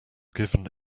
given